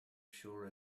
sure